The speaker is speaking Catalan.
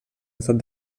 estat